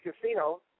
Casino